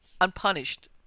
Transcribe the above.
unpunished